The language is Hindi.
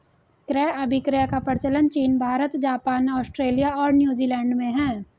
क्रय अभिक्रय का प्रचलन चीन भारत, जापान, आस्ट्रेलिया और न्यूजीलैंड में है